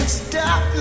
stop